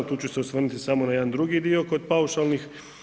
Tu ću se osvrnuti samo na jedan drugi dio kod paušalnih.